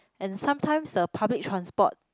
and sometimes the public transport